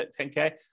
10K